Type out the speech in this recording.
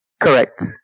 Correct